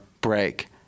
break